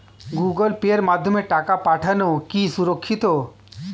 Google pay মাধ্যমে টাকা পাঠানোকে সুরক্ষিত?